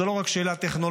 זו לא רק שאלה טכנולוגית,